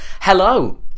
Hello